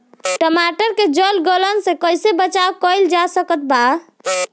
टमाटर के जड़ गलन से कैसे बचाव कइल जा सकत बा?